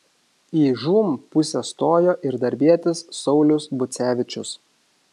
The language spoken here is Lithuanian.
į žūm pusę stojo ir darbietis saulius bucevičius